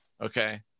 okay